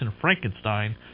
Frankenstein